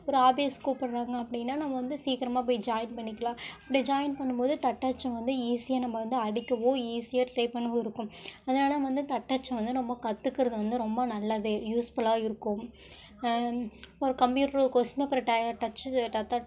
ஒரு ஆபிசுக்கு கூப்பிட்றாங்க அப்படின்னா நம்ம வந்து சீக்கரமாக போய் ஜாயின் பண்ணிக்கலாம் அப்படி ஜாயின் பண்ணும்போது தட்டச்சும் வந்து ஈஸியாக நம்ம வந்து அடிக்கவோ ஈஸியாக டைப் பண்ணவோ இருக்கும் அதனால்தான் நம்ம வந்து தட்டச்சும் வந்து நம்ம கற்றுக்கறது வந்து ரொம்ப நல்லது யூஸ்ஃபுல்லாக இருக்கும் ஒரு கம்ப்யூட்ரு கோர்ஸ் அப்பறம் ட டச்சு தட்டச்சு